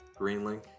Greenlink